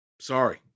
Sorry